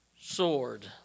sword